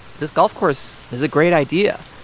this golf course is a great idea.